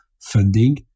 funding